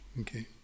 Okay